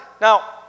Now